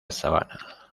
sabana